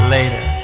Later